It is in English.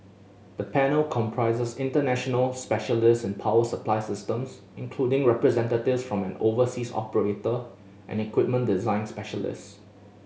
the panel comprises international specialist in power supply systems including representatives from an overseas operator and equipment design specialist